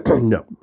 No